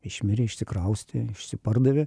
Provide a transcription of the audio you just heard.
išmirė išsikraustė išsipardavė